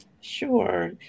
Sure